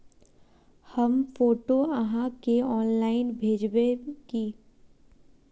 हम फोटो आहाँ के ऑनलाइन भेजबे की?